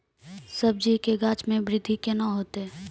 सब्जी के गाछ मे बृद्धि कैना होतै?